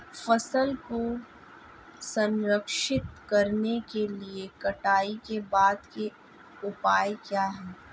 फसल को संरक्षित करने के लिए कटाई के बाद के उपाय क्या हैं?